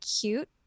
cute